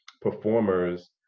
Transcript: performers